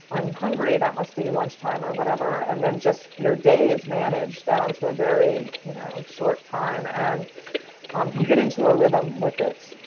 i'm hungry. that must be lunch time or whatever. and then just your day is managed down to a very, you know, short time and you get into a rhythm with it.